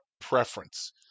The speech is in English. preference